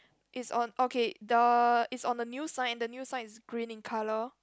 is on okay the is on the new sign and the new sign is green in colour